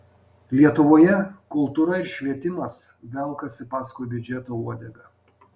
lietuvoje kultūra ir švietimas velkasi paskui biudžeto uodegą